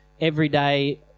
everyday